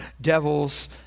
devils